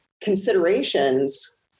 considerations